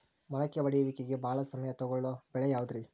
ಮೊಳಕೆ ಒಡೆಯುವಿಕೆಗೆ ಭಾಳ ಸಮಯ ತೊಗೊಳ್ಳೋ ಬೆಳೆ ಯಾವುದ್ರೇ?